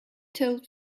told